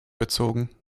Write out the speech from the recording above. bezogen